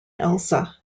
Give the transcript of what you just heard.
elsa